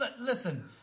Listen